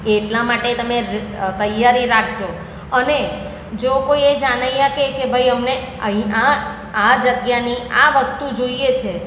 એટલા માટે તમે તૈયારી રાખજો અને જો કોઈ એ જાનૈયા કહે કે ભાઈ અમને આ આ જગ્યાની આ વસ્તુ જોઈએ છે